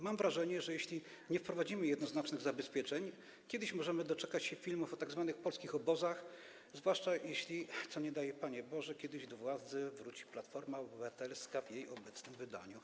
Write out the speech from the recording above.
Mam wrażenie, że jeśli nie wprowadzimy jednoznacznych zabezpieczeń, kiedyś możemy doczekać się filmów o tzw. polskich obozach, zwłaszcza jeśli - co nie daj Panie Boże - kiedyś do władzy wróci Platforma Obywatelska w jej obecnym wydaniu.